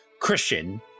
Christian